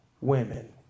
Women